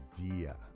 idea